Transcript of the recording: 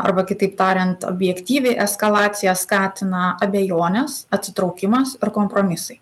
arba kitaip tariant objektyviai eskalaciją skatina abejonės atsitraukimas ir kompromisai